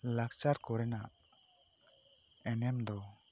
ᱞᱟᱠᱪᱟᱨ ᱠᱚᱨᱮᱱᱟᱜ ᱮᱱᱮᱢ ᱫᱚ